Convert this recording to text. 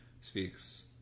speaks